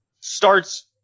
starts